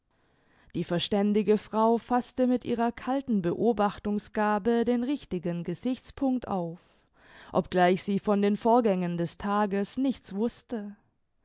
die verständige frau faßte mit ihrer kalten beobachtungsgabe den richtigen gesichtspunct auf obgleich sie von den vorgängen des tages nichts wußte